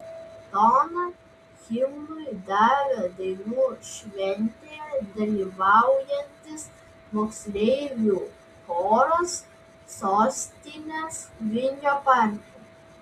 toną himnui davė dainų šventėje dalyvaujantis moksleivių choras sostinės vingio parke